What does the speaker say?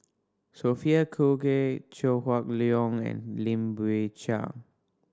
Sophia Cooke Chew Hock Leong and Lim Biow Chuan